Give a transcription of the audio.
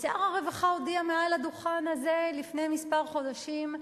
שר הרווחה הודיע מהדוכן הזה, לפני כמה חודשים,